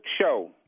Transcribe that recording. show